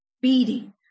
beating